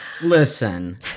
Listen